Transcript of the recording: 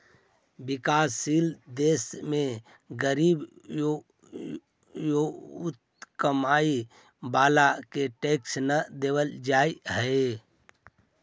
विकासशील देश में गरीब औउर कमाए वाला के टैक्स न देवे पडऽ हई